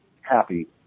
happy